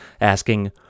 asking